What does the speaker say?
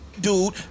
dude